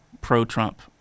pro-Trump